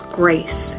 grace